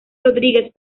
rodríguez